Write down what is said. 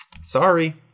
Sorry